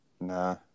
Nah